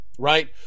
Right